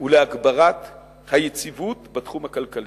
ולהגברת היציבות בתחום הכלכלי.